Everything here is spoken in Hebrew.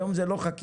היום זה לא חקיקה,